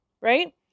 right